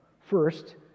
First